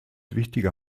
wichtiger